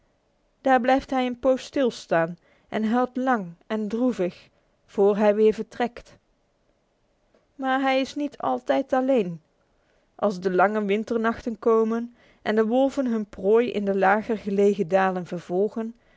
daar blijft hij een poos stilstaan en huilt lang en droevig vr hij weer vertrekt maar hij is niet altijd alleen als de lange winternachten komen en de wolven hun prooi in de lager gelegen dalen vervolgen